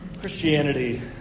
Christianity